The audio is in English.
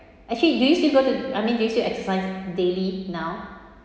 actually do you still go to I mean do you still exercise daily now